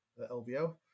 LVO